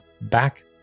back